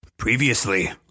Previously